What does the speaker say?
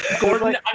Gordon